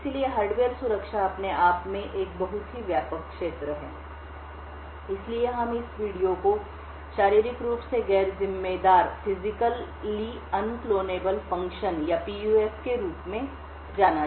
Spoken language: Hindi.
इसलिए हार्डवेयर सुरक्षा अपने आप में एक बहुत ही व्यापक क्षेत्र है इसलिए हम इस वीडियो को शारीरिक रूप से गैर जिम्मेदार कार्यों फिजिकली अन क्लोनेबल फंक्शन या PUF के रूप में जाना जाता है